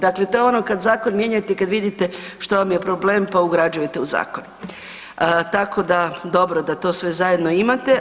Dakle, to je ono kad zakon mijenjate i vidite što vam je problem pa ugrađujete u zakon, tako da dobro da to sve zajedno imate.